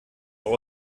auch